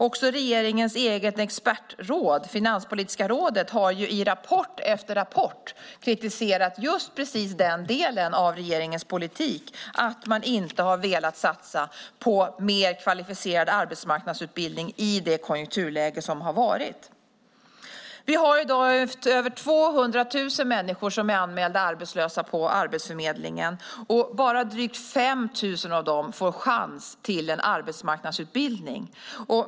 Också regeringens eget expertråd, Finanspolitiska rådet, har i rapport efter rapport kritiserat just denna del av regeringens politik - att den inte har velat satsa på mer kvalificerad arbetsmarknadsutbildning i det konjunkturläge som har rått. Vi har i dag över 200 000 människor som är anmälda arbetslösa på Arbetsförmedlingen. Bara drygt 5 000 av dem får chansen till en arbetsmarknadsutbildning.